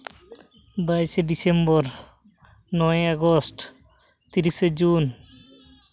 ᱵᱟᱭᱤᱥᱮ ᱰᱤᱥᱮᱢᱵᱚᱨ ᱱᱚᱭᱮ ᱟᱜᱚᱥᱴ ᱛᱤᱨᱤᱥᱮ ᱡᱩᱱ